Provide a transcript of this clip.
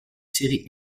séries